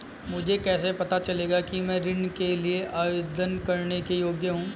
मुझे कैसे पता चलेगा कि मैं ऋण के लिए आवेदन करने के योग्य हूँ?